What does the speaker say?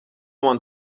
one